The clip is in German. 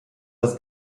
das